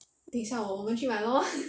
等一下我们去买 lor